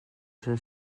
zen